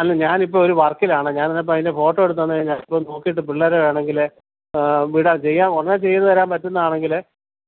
അല്ല ഞാനിപ്പോള് ഒരു വർക്കിലാണ് ഞാന് ഇതിപ്പോള് അതിൻ്റെ ഫോട്ടോ എടുത്തു തന്നുകഴിഞ്ഞാല് ഇപ്പം നോക്കിയിട്ട് പിള്ളേരെ വേണമെങ്കില് വീടാം ചെയ്യാം ഉടനെ ചെയ്തുതരാൻ പറ്റുന്നതാണെങ്കില്